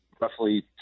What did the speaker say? roughly